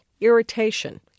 irritation